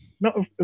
no